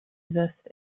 exist